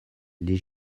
les